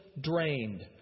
Drained